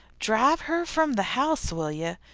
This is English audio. drive her from the house, will you?